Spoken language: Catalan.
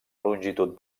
longitud